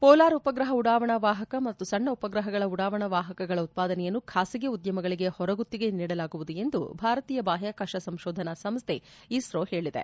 polar ಉಪಗ್ರಹ ಉಡಾವಣಾ ವಾಹಕ ಮತ್ತು ಸಣ್ಣ ಉಪಗ್ರಹಗಳ ಉಡಾವಣಾ ವಾಹಕಗಳ ಉತ್ಪಾದನೆಯನ್ನು ಖಾಸಗಿ ಉದ್ದಮಗಳಿಗೆ ಹೊರಗುತ್ತಿಗೆ ನೀಡಲಾಗುವುದು ಎಂದು ಭಾರತೀಯ ಬಾಹ್ಚಾಕಾಶ ಸಂಶೋಧನಾ ಸಂಸ್ಥೆ ಇಸ್ರೋ ಹೇಳಿದೆ